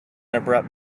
abrupt